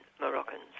Moroccans